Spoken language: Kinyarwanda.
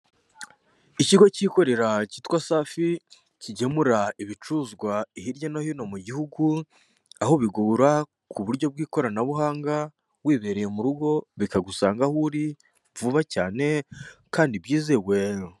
Ikigo cyikorera cyitwa safi kigemura ibicuruzwa hirya no hino mu gihugu, aho ubigura ku buryo bw'ikoranabuhanga wibereye mu rugo bikagusanga aho uri vuba cyane kandi byizewe.